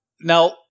Now